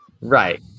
Right